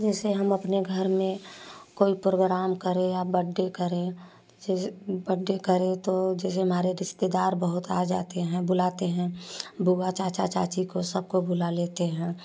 जैसे हम अपने घर में कोई प्रोग्राम करें या बड्डे करें जेसे बड्डे करें तो जैसे हमारे रिश्तेदार बहुत आ जाते हैं बुलाते हैं बुआ चाचा चाची को सबको बुला लेते हैं